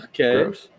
Okay